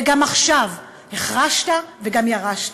וגם עכשיו החרשת וגם ירשת.